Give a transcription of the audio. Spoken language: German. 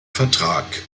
vertrag